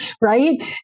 right